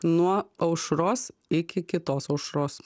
nuo aušros iki kitos aušros